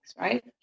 right